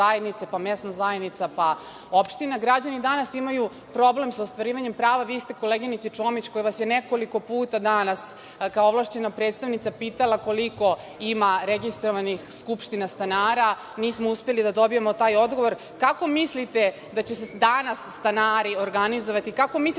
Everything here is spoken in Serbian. pa mesna zajednica, pa opština, građani danas imaju problem sa ostvarivanjem prava. Vi ste, koleginici Čomić, koja vas je nekoliko puta danas, kao ovlašćena predstavnica pitala koliko ima registrovanih skupština stanara, nismo uspeli da dobijemo taj odgovor. Kako mislite da će se danas stanari organizovati, kako mislite